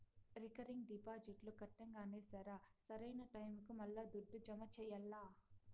recurring డిపాజిట్లు కట్టంగానే సరా, సరైన టైముకి మల్లా దుడ్డు జమ చెయ్యాల్ల